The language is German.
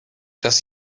dass